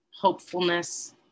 hopefulness